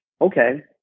okay